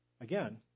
Again